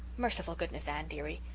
merciful goodness, anne dearie,